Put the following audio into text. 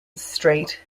strait